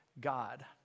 God